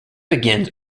begins